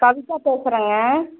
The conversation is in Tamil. கவிதா பேசுறங்க